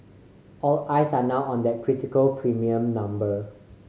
all eyes are now on that critical premium number